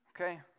Okay